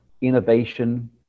innovation